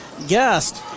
Guest